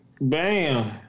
Bam